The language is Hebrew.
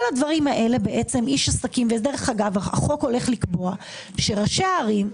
כל הדברים האלה איש עסקים ואגב החוק הולך לקבוע שראשי ערים,